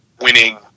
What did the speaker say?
winning